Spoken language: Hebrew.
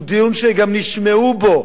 הוא דיון שגם נשמעו בו,